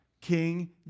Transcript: King